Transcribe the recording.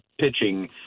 pitching